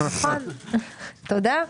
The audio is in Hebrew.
תודה.